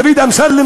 דוד אמסלם,